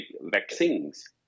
vaccines